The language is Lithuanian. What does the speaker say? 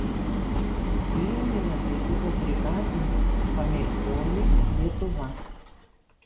vilniuje tai buvo brigadinių pamėgtoji lietuva